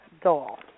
doll